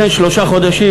לכן שלושה חודשים,